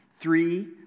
Three